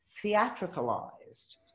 theatricalized